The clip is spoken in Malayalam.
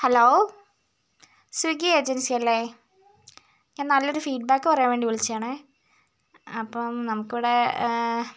ഹലോ സ്വിഗ്ഗി ഏജൻസി അല്ലേ ഞാൻ നല്ലൊരു ഫീഡ്ബാക്ക് പറയാൻ വേണ്ടി വിളിച്ചതാണേ അപ്പം നമുക്കിവിടെ